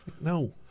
No